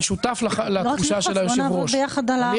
לא רק ללחוץ, בואו נעבוד ביחד על החקיקה.